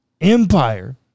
empire